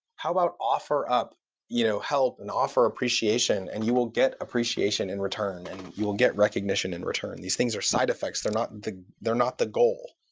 how about offer up you know help and offer appreciation and you will get appreciation in return and you will get recognition in return? these things are side effects. they're not the they're not the goal.